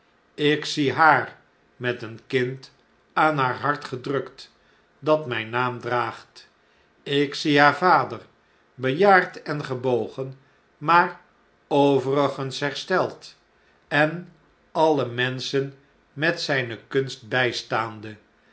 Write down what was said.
ik zie haar met een kind aan haar hart gedrukt dat myn naam draagt ik zie haar vader bejaard en gebogen maar overigens hersteld en alle menschen met zjjne kunst bjjstaande